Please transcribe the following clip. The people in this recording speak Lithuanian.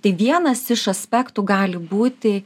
tai vienas iš aspektų gali būti